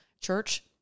Church